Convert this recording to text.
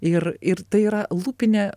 ir ir tai yra lūpinė